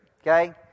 Okay